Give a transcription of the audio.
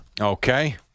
Okay